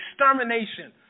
extermination